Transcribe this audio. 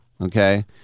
okay